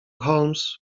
holmes